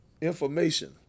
information